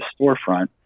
storefront